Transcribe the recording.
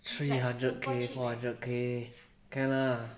three hundred K four hundred K can lah